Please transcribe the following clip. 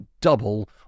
double